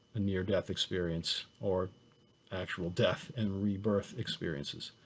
a near death experience or actual death and rebirth experiences.